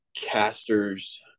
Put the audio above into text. casters